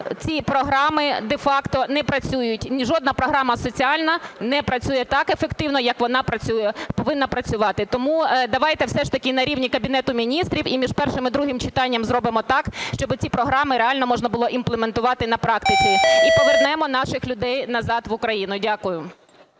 ці програми де-факто не працюють. Ні жодна програма соціальна не працює так ефективно, як вона повинна працювати. Тому давайте все ж таки на рівні Кабінету Міністрів і між першим і другим читанням зробимо так, щоби ці програми реально можна було імплементувати на практиці, і повернемо наших людей назад в Україну. Дякую.